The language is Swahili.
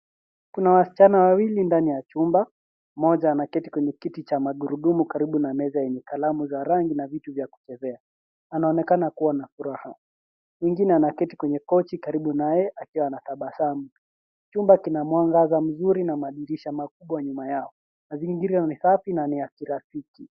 Kuna wasichana wawili ndani ya chumba. Mmoja anaketi kwenye kiti cha magurudumu karibu na meza nyenye kalamu za rangi na vitu vya kuchezea. Anaonekana kuwa na furaha. Mwingine anaketi kwenye kochi karibu naye akiwa anatabasamu. Chumba kina mwangaza mzuri na madirisha makubwa nyuma yao. Mazingira ni safi na ni ya kirafiki.